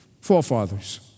forefathers